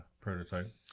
prototype